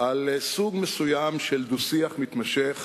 לסוג מסוים של דו-שיח מתמשך